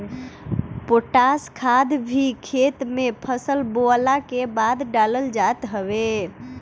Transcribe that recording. potash खाद भी खेत में फसल बोअला के बाद डालल जात हवे